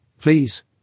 Please